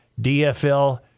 DFL